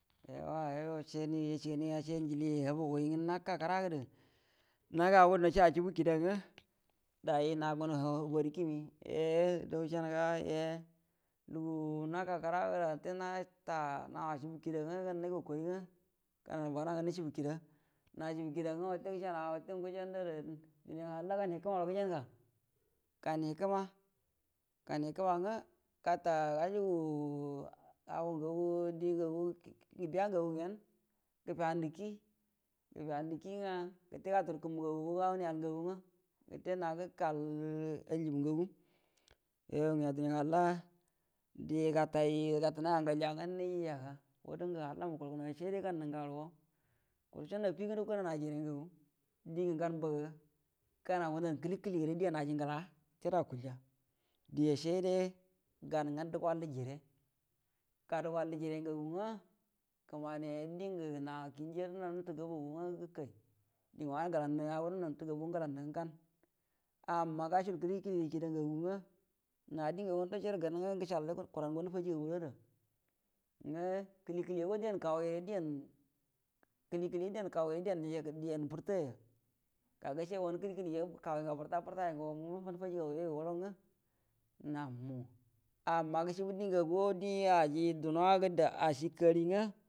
Yauwa yo yashigani – yashigani – yashigani habagai ngə haka kəra də nagaudu nashe ashubu kida nga dai na gunə hungari kimi do ushanuga eye lugu naka kəradə nau ashubu kida nga gaunai gokori nga gənanə bana nga nushubu kida nashubu kida nga ute gəshauuga ute ngo jandə ada duniya ngə halla gau hikəmaro gəjauga gan hikima gan hikima nga gata gajugu ago ngagu di biya ngagu ngen gifiyandə ki – gifiyandə ki nga gəte gaturu kumbu ngagu gawunu yal ngagu nga gəte na gəkal aulubu ngagu yo miya duniya ngə halla di goltai gatunai augalya nga niyijaga fudu ngə halla muku igunauyə shai gau nungara kuruson affigudo gənanəya jire ngagu digə gan baga gana ngandau kəli-kəli gəne aji ngəladiyan akulya gətedo akulya diya shaide gau ga duguwall jire gadu gwallə jire ngagu nga kəmania dingə na kiujado naru nufal gabogu nga gəkai dingə wanə gəlaungado naru nutal gabogu nga gəkai amina gashul kəli-kəlirə kida ngagu nga dingagua ndashodo gau nga kuraŋga nufaji gagurə yoda kəli-kəliaga diyau kowire diya-kəli-kəliago diyau kawire diya-diyan nujanə fərətaya ga gashe wan kəli-kəlija kani ga farta- furta ga nga nufaji gagu yoyu goro nga nanu amma gushilbu dingagua di aji dunuwa gədə ashi kari nga.